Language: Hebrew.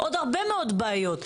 עוד הרבה מאוד בעיות.